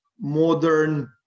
modern